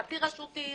חצי רשותי,